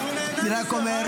הוא נהנה מזה.